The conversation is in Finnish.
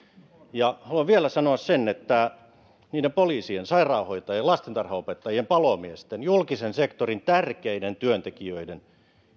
haluan vielä sanoa sen että niiden poliisien sairaanhoitajien lastentarhanopettajien palomiesten julkisen sektorin tärkeiden työntekijöiden